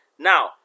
Now